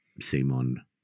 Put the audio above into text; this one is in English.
Simon